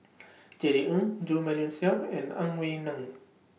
Jerry Ng Jo Marion Seow and Ang Wei Neng